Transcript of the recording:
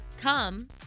come